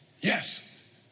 yes